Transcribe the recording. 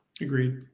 Agreed